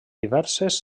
diverses